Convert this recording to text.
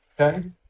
Okay